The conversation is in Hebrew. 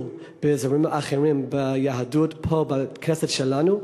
בזרמים אחרים ביהדות פה בכנסת שלנו.